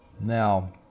Now